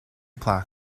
plaque